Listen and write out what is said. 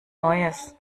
neues